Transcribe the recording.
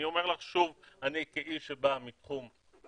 אני אומר לך שוב אני, כאיש שבא מתחום הבריאות,